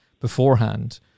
beforehand